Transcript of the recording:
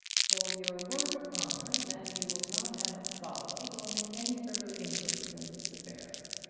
for your word of honor that you will not have us followed or make any further inquiries into this affair.